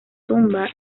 tumba